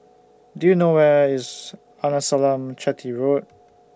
Do YOU know Where IS Arnasalam Chetty Road